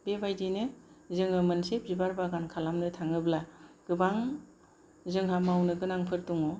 बेबायदिनो जोङो मोनसे बिबार बागान खालामनो थाङोब्ला गोबां जोंहा मावनो गोनांफोर दङ